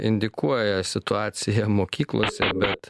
indikuoja situaciją mokyklose bet